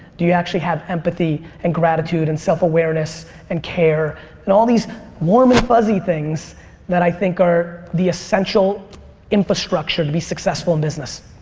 do you actually have empathy and gratitude and self-awareness and care and all these warm and fuzzy things that i think are the essential infrastructure to be successful in business.